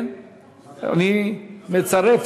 אני מצרף